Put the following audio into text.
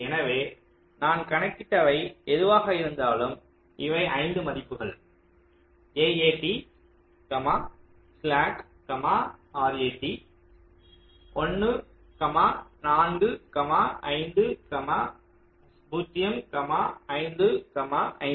எனவே நான் கணக்கிட்டவை எதுவாக இருந்தாலும் இவை 5 மதிப்புகள் AAT ஸ்லாக் RAT 1 4 5 0 5 5